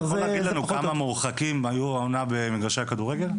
אתה יכול להגיד לנו כמה מורחקים היו בעונה האחרונה במגרשי הכדורגל?